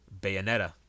Bayonetta